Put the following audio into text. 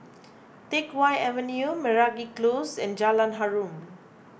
Teck Whye Avenue Meragi Close and Jalan Harum